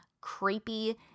creepy